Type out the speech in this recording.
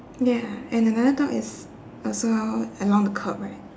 ya and another dog is also along the curb right